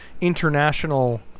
international